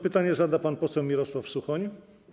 Pytanie zada pan poseł Mirosław Suchoń.